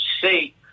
see